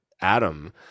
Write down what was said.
Adam